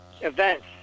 events